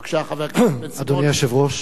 בבקשה, חבר הכנסת בן-סימון.